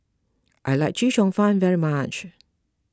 I like Chee Cheong Fun very much